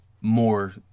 more